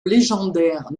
légendaire